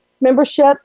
membership